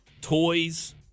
Toys